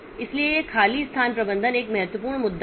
इसलिए यह खाली स्थान प्रबंधन एक बहुत महत्वपूर्ण मुद्दा है